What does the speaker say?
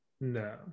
no